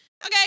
Okay